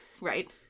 Right